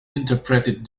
interpreted